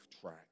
track